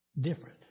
different